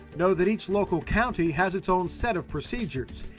know that each local county has its own set of procedures.